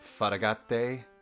Faragate